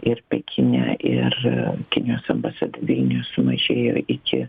ir pekine ir kinijos ambasada vilniuj sumažėjo iki